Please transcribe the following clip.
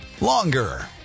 longer